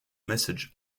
message